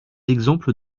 exemples